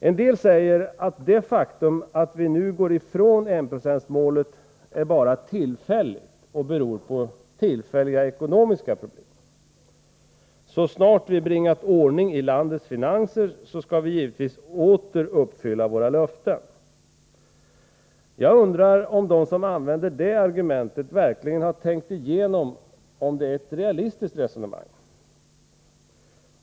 En del säger att det faktum att vi nu går ifrån enprocentsmålet bara är tillfälligt och beror på tillfälliga ekonomiska problem. Så snart vi bringat ordning i landets finanser skall vi givetvis åter uppfylla våra löften. Jag undrar om de som använder det argumentet verkligen har tänkt igenom om det är ett realistiskt resonemang.